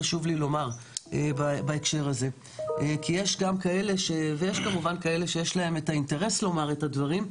חשוב לי לומר בהקשר הזה שיש גם כאלה שיש להם את האינטרס לומר את הדברים,